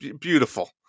beautiful